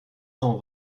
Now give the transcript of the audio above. cent